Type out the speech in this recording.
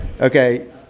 Okay